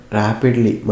rapidly